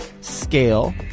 scale